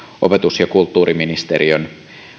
opetus ja kulttuuriministeriön